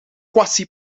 quasi